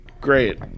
great